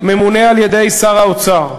ממונה על-ידי שר האוצר,